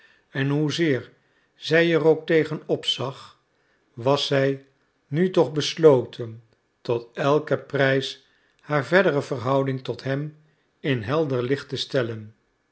en hoezeer zij er ook tegen op zag was zij nu toch besloten tot elken prijs haar verdere verhouding tot hem in helder licht te stellen